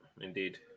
Indeed